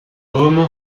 hommes